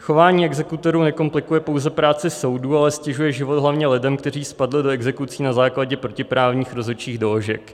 Chování exekutorů nekomplikuje pouze práci soudů, ale ztěžuje život hlavně lidem, kteří spadli do exekucí na základě protiprávních rozhodčích doložek.